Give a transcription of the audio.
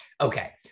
Okay